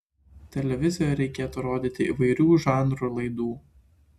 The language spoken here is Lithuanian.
televizijoje reikėtų rodyti įvairių žanrų laidų